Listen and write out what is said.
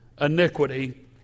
iniquity